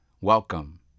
Welcome